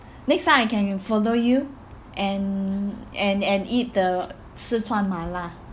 next time I can follow you and and and eat the sichuan mala